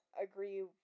agree